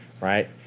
right